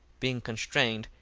being constrained,